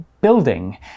building